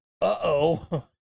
Uh-oh